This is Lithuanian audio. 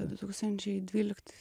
du tūkstančiai dvyliktais